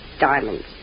diamonds